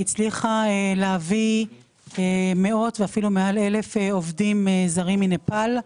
הצליחה להביא מאות ואפילו יותר מ-1,000 עובדים זרים מנפאל.